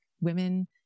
women